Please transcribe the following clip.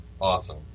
Awesome